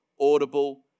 audible